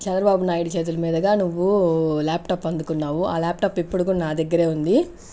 చంద్రబాబు నాయుడు చేతులు మీదుగా నువ్వు లాప్టాప్ అందుకున్నావు ఆ లాప్టాప్ ఇప్పుడు కూడా నా దగ్గరే ఉంది